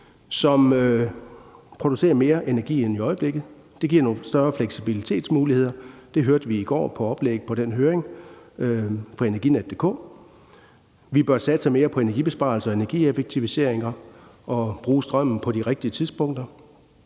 som producerer mere energi end i øjeblikket. Det giver nogle større fleksibilitetsmuligheder. Det hørte vi på høringen i går i oplægget fra energinet.dk. Vi bør satse mere på energibesparelser og energieffektiviseringer og bruge strømmen på de rigtige tidspunkter.